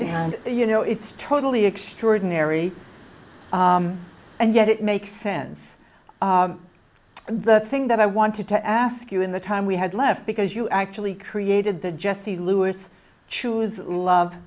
and you know it's totally extraordinary and yet it makes sense and the thing that i wanted to ask you in the time we had left because you actually created the jesse lewis choose love